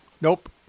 Nope